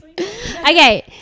Okay